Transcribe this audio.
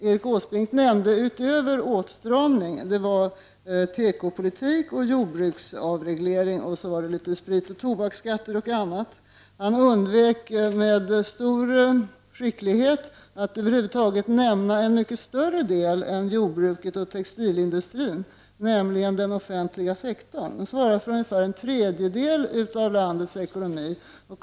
Erik Åsbrink nämnde utöver åtstramning tekopolitik, jordbruksavreglering och så litet spritoch tobaksskatt. Han undvek med stor skicklighet att över huvud taget nämna en mycket större del av ekonomin än jordbruket och textilindustrin, nämligen den offentliga sektorn. Den svarar för ungefär en tredjedel av landets ekonomi.